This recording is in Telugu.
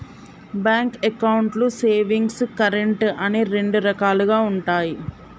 బ్యాంక్ అకౌంట్లు సేవింగ్స్, కరెంట్ అని రెండు రకాలుగా ఉంటయి